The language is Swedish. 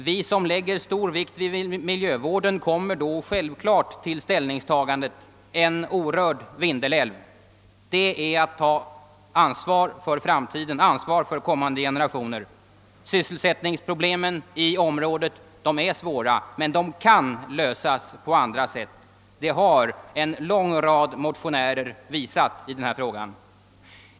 Vi som lägger stor vikt vid miljövården kommer självklart till ställningstagande för en orörd Vindelälv Vi menar oss därmed ta ansvar för framtiden och för kommande generationer. Sysselsättningsproblemen i det område det här gäller är svåra, men de kan lösas på andra sätt — det har en lång rad motionärer visat i denna fråga.